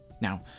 Now